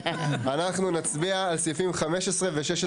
אנחנו נצביע על סעיפים 15 ו-16 יחד.